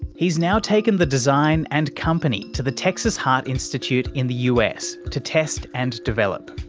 he's now taken the design and company to the texas heart institute in the us to test and develop.